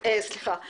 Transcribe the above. בסדר, תודה.